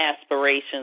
aspirations